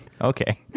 Okay